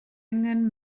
angen